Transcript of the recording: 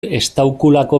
estaukulako